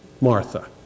Martha